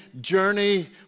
journey